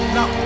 Now